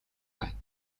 байна